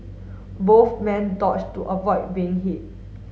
both men dodged to avoid being hit